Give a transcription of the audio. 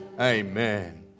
Amen